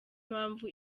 mpamvu